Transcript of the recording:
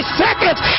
seconds